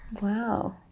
Wow